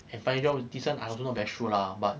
and find job this [one] I also not very sure lah but